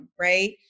right